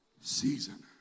season